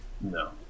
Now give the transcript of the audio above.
no